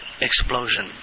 explosion